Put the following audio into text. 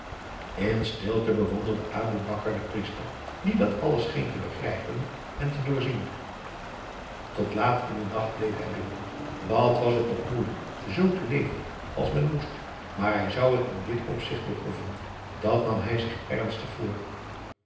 in stilte bewonderde aboe bakar den priester die dat alles scheen te begrijpen en te doorzien tot laat in den nacht bleef hij bidden wat was het toch moeilijk z te leven als men moest maar hij zou het in dit opzicht beproeven dàt nam hij zich ernstig voor